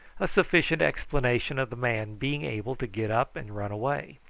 a sufficient explanation of the man being able to get up and run away.